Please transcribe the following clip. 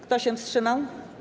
Kto się wstrzymał?